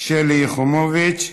שלי יחימוביץ.